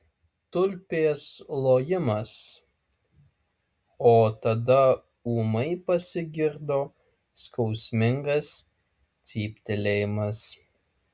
tulpės lojimas o tada ūmai pasigirdo skausmingas cyptelėjimas